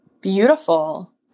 beautiful